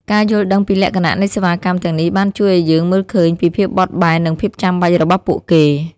ការយល់ដឹងពីលក្ខណៈនៃសេវាកម្មទាំងនេះបានជួយឱ្យយើងមើលឃើញពីភាពបត់បែននិងភាពចាំបាច់របស់ពួកគេ។